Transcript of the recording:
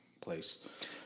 place